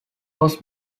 was